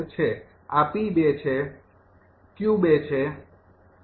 આ 𝑃૨ છે 𝑄૨ છે